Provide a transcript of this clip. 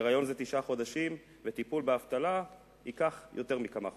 היריון זה תשעה חודשים וטיפול באבטלה ייקח יותר מכמה חודשים.